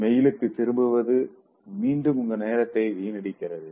மெயிலுக்கு திரும்புவது மீண்டும் உங்க நேரத்தை வீணடிக்கிறது